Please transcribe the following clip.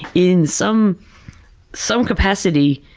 in some some capacity,